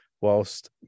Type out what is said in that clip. whilst